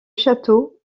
château